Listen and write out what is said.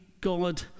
God